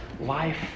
life